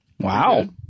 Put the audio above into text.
Wow